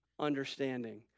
understanding